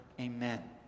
amen